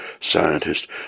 scientist